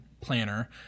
planner